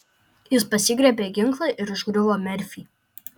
jis pasigriebė ginklą ir užgriuvo merfį